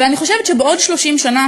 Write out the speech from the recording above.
ואני חושבת שבעוד 30 שנה,